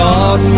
God